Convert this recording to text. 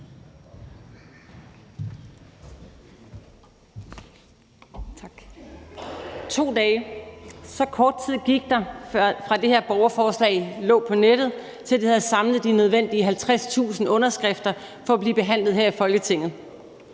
2 dage – så kort tid gik der, fra det her borgerforslag lå på nettet, til det havde samlet de nødvendige 50.000 underskrifter for at blive behandlet her i Folketinget.